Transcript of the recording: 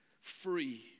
free